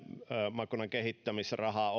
maakunnan kehittämisraha